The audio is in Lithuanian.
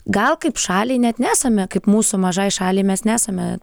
gal kaip šaliai net nesame kaip mūsų mažai šaliai mes nesame